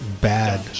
bad